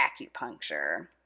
acupuncture